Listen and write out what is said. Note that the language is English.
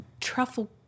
truffle